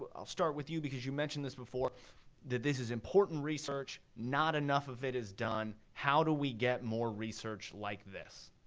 i'll start with you because you mentioned this before that this is important research, not enough of it is done, how do we get more research like this?